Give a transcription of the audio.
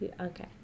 Okay